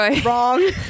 Wrong